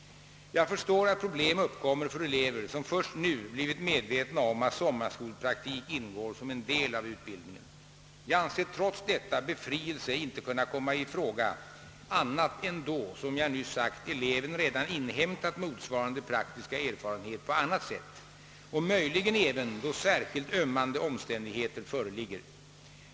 Jag förstår att problem uppkommer för elever som först nu blivit medvetna om att sommarskolpraktik ingår som en del av utbildningen. Jag anser trots detta befrielse inte kunna komma i fråga annat än då, som jag nyss sagt, eleven redan inhämtat motsvarande praktiska erfarenhet på annat sätt och möjligen även då särskilt ömmande omständigheter föreligger.